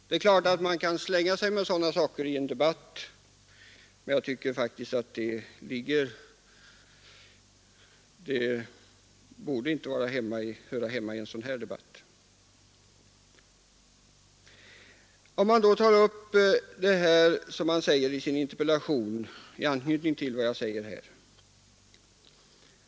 Det är klart att man kan svänga sig med sådana — RR uttryck i en debatt, men jag tycker faktiskt att de inte hör hemma i en Om åtgärder mot." sådan här debatt. diskriminering av Jag vill knyta an till några uttalanden som herr Burenstam Linder gör i äktenskapet sin interpellation.